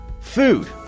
Food